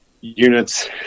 units